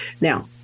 Now